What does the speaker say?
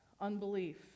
unbelief